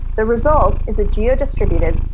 the result is a geo-distributed,